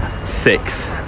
six